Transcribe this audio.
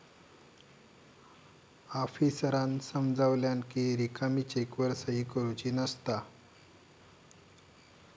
आफीसरांन समजावल्यानं कि रिकामी चेकवर सही करुची नसता